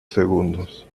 segundos